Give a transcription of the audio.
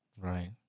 Right